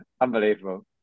unbelievable